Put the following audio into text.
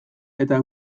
eta